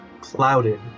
Clouded